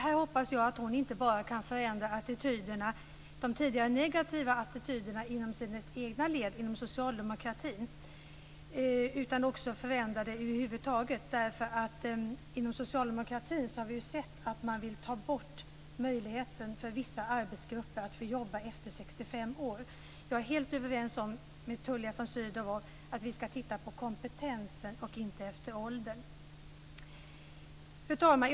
Här hoppas jag att hon inte bara kan förändra de tidigare negativa attityderna inom socialdemokratin utan också förändra attityderna över huvud taget. Socialdemokraterna vill ju ta bort möjligheten för vissa arbetsgrupper att jobba efter 65 år. Jag är helt överens med Tullia von Sydow om att man skall gå efter kompetens och inte efter ålder. Fru talman!